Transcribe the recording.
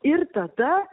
ir tada